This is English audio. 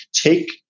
Take